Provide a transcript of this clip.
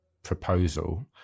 proposal